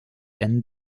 ann